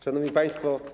Szanowni Państwo!